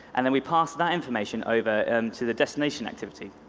and and we pass that information over and to the destination activity.